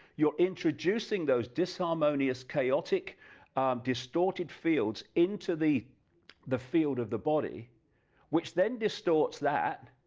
you are introducing those disharmonious, chaotic distorted fields into the the field of the body which then distorts that,